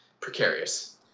precarious